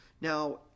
now